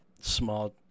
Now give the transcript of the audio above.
small